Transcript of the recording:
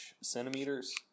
centimeters